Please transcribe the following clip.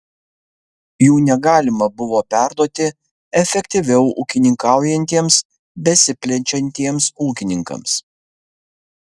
jų negalima buvo perduoti efektyviau ūkininkaujantiems besiplečiantiems ūkininkams